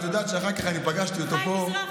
את יודעת שאחר כך אני פגשתי אותו פה?